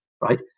right